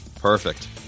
Perfect